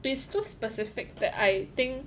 it's too specific that I think